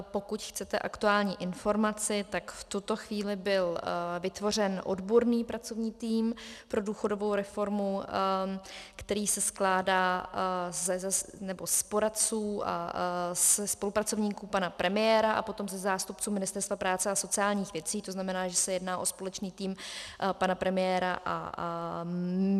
Pokud chcete aktuální informaci, v tuto chvíli byl vytvořen odborný pracovní tým pro důchodovou reformu, který se skládá z poradců a ze spolupracovníků pana premiéra a potom ze zástupců Ministerstva práce a sociálních věcí, to znamená, že se jedná o společný tým pana premiéra a mě.